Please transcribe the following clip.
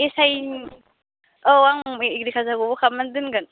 एसआइनि औ आंबो एग्रिकालचारखौबो खालामनानै दोनगोन